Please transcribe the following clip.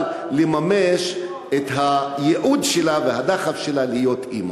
לממש את הייעוד שלה והדחף שלה להיות אימא.